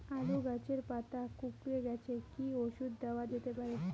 আলু গাছের পাতা কুকরে গেছে কি ঔষধ দেওয়া যেতে পারে?